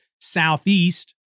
southeast